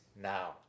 now